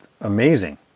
amazing